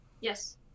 Yes